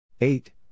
Eight